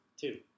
Two